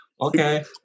Okay